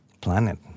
planet